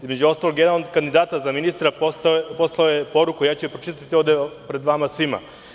Između ostalog, jedan od kandidata za ministra poslao je poruku i pročitaću je ovde pred vama svima.